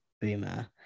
Boomer